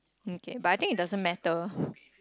mm kay but I think it doesn't matter